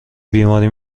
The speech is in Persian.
بیماری